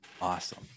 Awesome